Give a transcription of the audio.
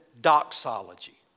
doxology